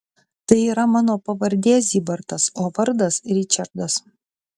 tai yra mano pavardė zybartas o vardas ričardas